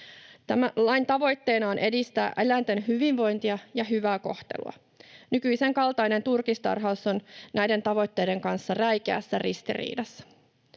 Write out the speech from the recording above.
Tämä lain tavoitteena on edistää eläinten hyvinvointia ja hyvää kohtelua. Nykyisen kaltainen turkistarhaus on näiden tavoitteiden kanssa räikeässä ristiriidassa.